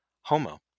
Homo